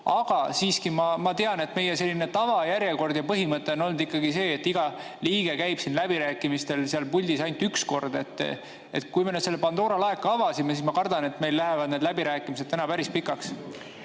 Aga siiski ma tean, et meie tavajärjekord ja põhimõte on olnud ikkagi see, et iga liige käib läbirääkimistel seal puldis ainult üks kord. Kui me nüüd selle Pandora laeka avasime, siis ma kardan, et meil lähevad need läbirääkimised täna päris pikaks.